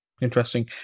Interesting